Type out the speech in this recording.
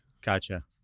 Gotcha